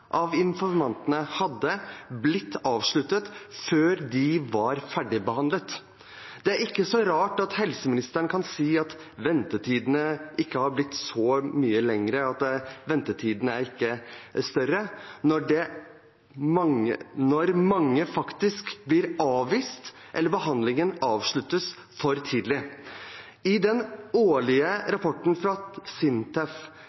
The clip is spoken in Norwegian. hadde blitt avsluttet før de var ferdigbehandlet. Det er ikke så rart at helseministeren kan si at ventetidene ikke har blitt så mye lengre, at ventetidene ikke er lengre, når mange faktisk blir avvist eller behandlingen avsluttes for tidlig. Den årlige